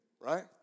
right